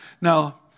Now